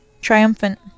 triumphant